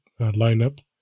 lineup